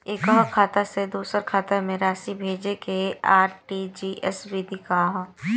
एकह खाता से दूसर खाता में राशि भेजेके आर.टी.जी.एस विधि का ह?